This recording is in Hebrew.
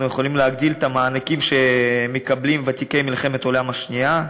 אנחנו יכולים להגדיל את המענקים שמקבלים ותיקי מלחמת העולם השנייה,